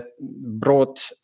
brought